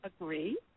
agree